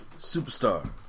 superstar